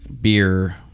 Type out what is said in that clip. beer